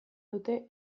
dute